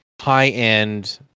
high-end